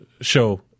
show